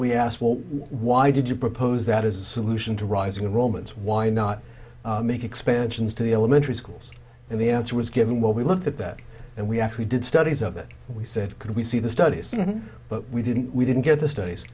we asked well why did you propose that as a solution to rising romans why not make expansions to the elementary schools and the answer was given what we looked at that and we actually did studies of it we said could we see the studies but we didn't we didn't get the stud